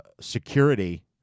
security